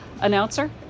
announcer